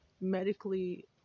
medically